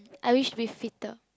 I wish be fitter